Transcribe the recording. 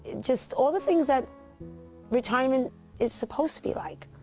just all the things that retirement is supposed to be like.